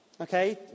okay